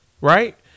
right